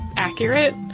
Accurate